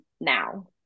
now